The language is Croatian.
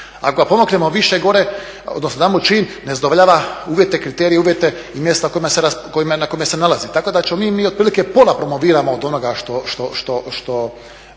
ako ga pomaknemo više gore, damo mu čin ne zadovoljava uvjete, kriterije, i mjesta o na kojima se nalazi. Tako da ćemo mi otprilike pola promoviramo od onoga što